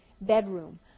bedroom